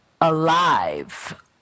alive